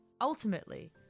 Ultimately